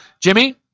Jimmy